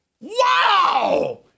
Wow